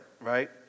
Right